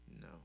No